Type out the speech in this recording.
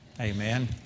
Amen